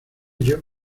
ello